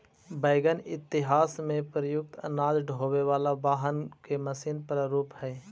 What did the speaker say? wagon इतिहास में प्रयुक्त अनाज ढोवे वाला वाहन के मशीन प्रारूप हई